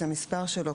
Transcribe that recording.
את המספר שלו,